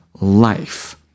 life